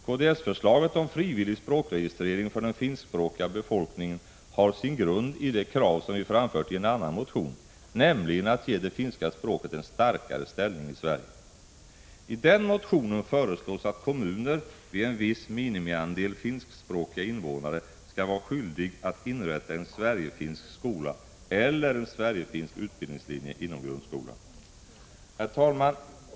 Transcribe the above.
Kds-förslaget om frivillig språkregistrering för den finskspråkiga befolkningen har sin grund i det krav som vi framfört i en annan motion, nämligen att det finska språket skall ges en starkare ställning i Sverige. I den motionen föreslås att kommuner vid en viss minimiandel finskspråkiga invånare skall vara skyldiga att inrätta en ”Sverigefinsk” skola eller en ”Sverigefinsk” utbildningslinje inom grundskolan. Herr talman!